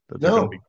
No